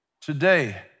Today